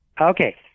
Okay